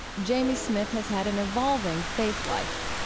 jamie smith has had an evolving faith life.